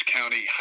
County